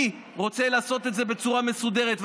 אני רוצה לעשות את זה בצורה מסודרת,